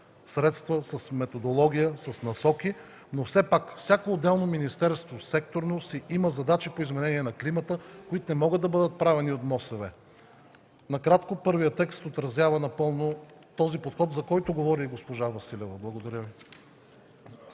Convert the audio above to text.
средства, с методология, с насоки. Но все пак всяко отделно секторно министерство има задачи по изменение на климата, които не могат да бъдат правени от МОСВ. Накратко, първият текст отразява напълно този подход, за който говори госпожа Василева. Благодаря Ви.